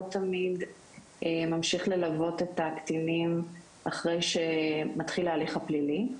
תמיד ממשיך ללוות את הקטינים אחרי שמתחיל ההליך הפלילי.